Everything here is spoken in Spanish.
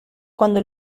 cuando